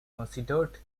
considered